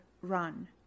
run